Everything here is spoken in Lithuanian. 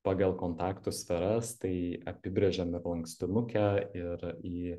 pagal kontaktų sferas tai apibrėžiam ir lankstinuke ir į